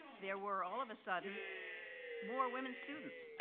there were all of a sudden more women students.